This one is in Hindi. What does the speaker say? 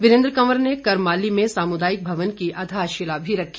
वीरेन्द्र कंवर ने करमाली में सामुदायिक भवन की आधारशिला भी रखी